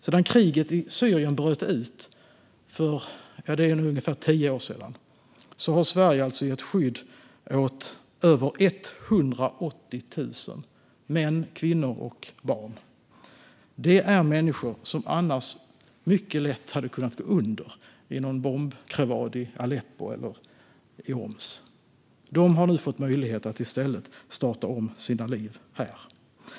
Sedan kriget i Syrien bröt ut för ungefär tio år sedan har Sverige alltså gett skydd åt över 180 000 män, kvinnor och barn. Det är människor som annars mycket lätt hade kunnat gå under i någon bombkrevad i Aleppo eller Homs. De har nu fått möjlighet att i stället starta om sina liv här.